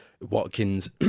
Watkins